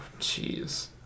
jeez